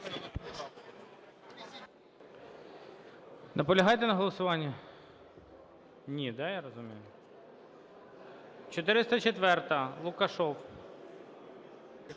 Наполягаєте на голосуванні? Ні. Да, я розумію. 404-а, Лукашев.